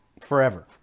forever